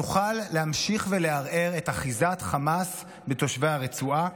נוכל להמשיך ולערער את אחיזת חמאס בתושבי הרצועה.